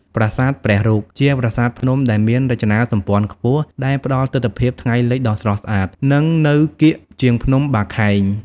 ប្រាសាទព្រះរូប: ជាប្រាសាទភ្នំដែលមានរចនាសម្ព័ន្ធខ្ពស់ ដែលផ្តល់ទិដ្ឋភាពថ្ងៃលិចដ៏ស្រស់ស្អាត និងនៅកៀកជាងភ្នំបាខែង។